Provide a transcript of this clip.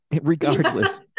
regardless